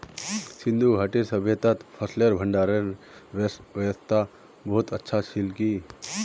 सिंधु घाटीर सभय्तात फसलेर भंडारनेर व्यवस्था बहुत अच्छा छिल की